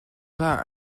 pas